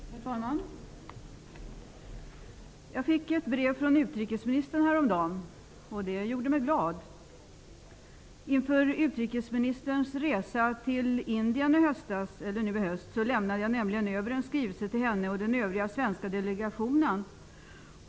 Herr talman! Jag fick ett brev från utrikesministern häromdagen. Det gjorde mig glad. Inför utrikesministerns resa till Indien nu i höst lämnade jag nämligen över en skrivelse till henne och den övriga svenska delegationen.